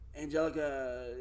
Angelica